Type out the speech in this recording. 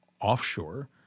offshore